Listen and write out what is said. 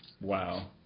Wow